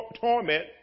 torment